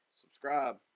subscribe